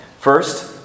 First